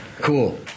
cool